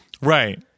Right